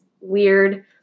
weird